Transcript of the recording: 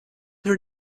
her